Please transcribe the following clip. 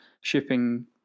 shipping